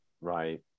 Right